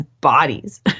bodies